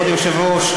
כבוד היושב-ראש,